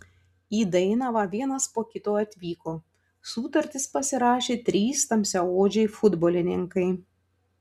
į dainavą vienas po kito atvyko sutartis pasirašė trys tamsiaodžiai futbolininkai